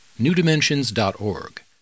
newdimensions.org